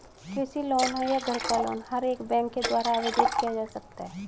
कृषि लोन हो या घर का लोन हर एक बैंक के द्वारा आवेदित किया जा सकता है